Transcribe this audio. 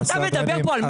אתה מדבר פה על 100+?